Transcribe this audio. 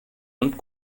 und